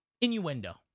Innuendo